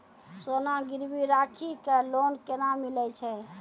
सोना गिरवी राखी कऽ लोन केना मिलै छै?